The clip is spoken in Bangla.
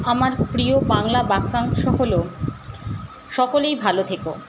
আমার প্রিয় বাংলার বাক্যাংশ হলো সকলেই ভালো থেকো